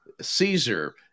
Caesar